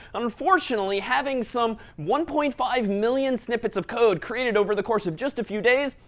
unfortunately, having some one point five million snippets of code created over the course of just a few days?